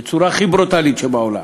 בצורה הכי ברוטלית שבעולם.